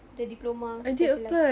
the diploma specialised